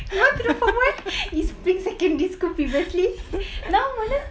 you want to know from where east spring secondary school previously now mana